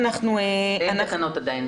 אין תקנות עדיין.